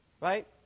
Right